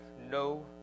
no